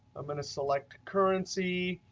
i'm going to select currency,